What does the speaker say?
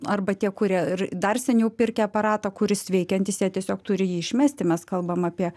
arba tie kurie ir dar seniau pirkę aparatą kuris veikiantis jie tiesiog turi jį išmesti mes kalbam apie